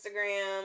Instagram